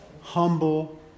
humble